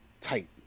tight